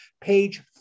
page